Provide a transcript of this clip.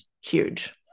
huge